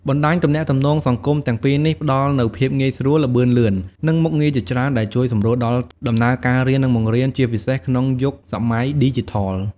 បណ្តាញទំនាក់ទំនងសង្គមទាំងពីរនេះផ្តល់នូវភាពងាយស្រួល ល្បឿនលឿន និងមុខងារជាច្រើនដែលជួយសម្រួលដល់ដំណើរការរៀន និងបង្រៀន ជាពិសេសក្នុងយុគសម័យឌីជីថល។